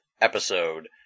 episode